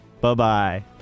Bye-bye